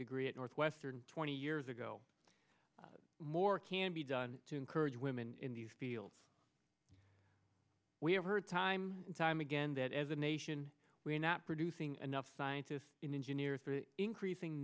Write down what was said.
degree at northwestern twenty years ago more can be done to encourage women in these fields we have heard time and time again that as a nation we are not producing enough scientists in engineers the increasing